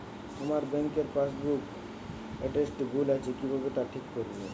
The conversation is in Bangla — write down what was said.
আমার ব্যাঙ্ক পাসবুক এর এড্রেসটি ভুল আছে কিভাবে তা ঠিক করবো?